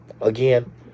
again